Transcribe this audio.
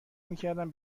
میکردم